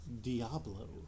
Diablo